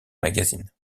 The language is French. magazines